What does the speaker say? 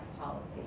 policy